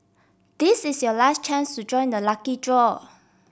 this is your last chance to join the lucky draw